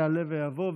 יעלה ויבוא,